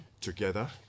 together